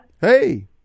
Hey